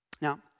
Now